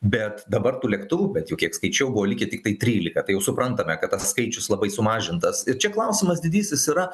bet dabar tų lėktuvų bet jau kiek skaičiau buvo likę tik tai trylika tai jau suprantame kad tas skaičius labai sumažintas ir čia klausimas didysis yra